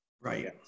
Right